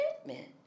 commitment